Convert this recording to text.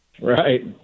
Right